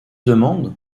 demande